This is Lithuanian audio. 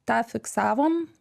tą fiksavom